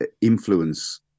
influence